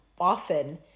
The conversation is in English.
often